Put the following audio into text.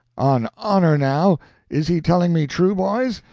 on honor, now is he telling me true, boys?